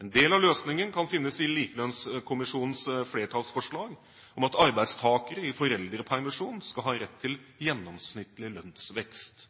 En del av løsningen kan finnes i Likelønnskommisjonens flertallsforslag om at arbeidstakere i foreldrepermisjon skal ha rett til gjennomsnittlig lønnsvekst.